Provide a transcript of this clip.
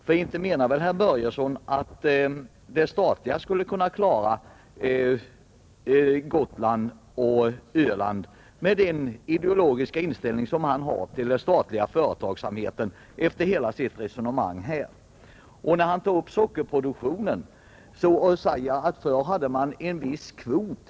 För inte menar väl herr Börjesson i Glömminge — med den ideologiska inställning som han har till statligt företagande — att den statliga företagsamheten skulle kunna klara Gotlands och Ölands problem? Herr Börjesson tog upp sockerproduktionen och sade att det förr fanns en viss kvot.